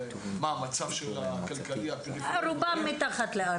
לגבי מה המצב הכלכלי וכו' --- רובן מתחת לארבע,